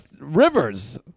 Rivers